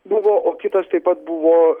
buvo o kitos taip pat buvo